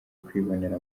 kwibonera